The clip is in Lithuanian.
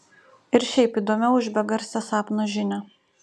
ir šiaip įdomiau už begarsę sapno žinią